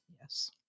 Yes